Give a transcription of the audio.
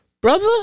brother